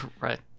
right